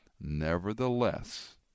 Nevertheless